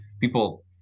people